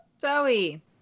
Zoe